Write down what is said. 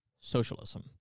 socialism